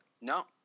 No